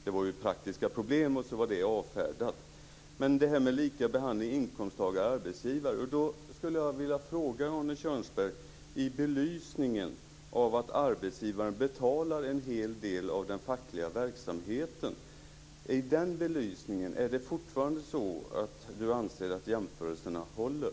Det var ju praktiska problem, och så var det avfärdat. Men när det gäller detta med likabehandling av inkomttagare och arbetsgivare skulle jag vilja ställa en fråga till Arne Kjörnsberg: I belysning av att arbetsgivaren betalar en hel del av den fackliga verksamheten, anser Arne Kjörnsberg fortfarande att jämförelserna håller?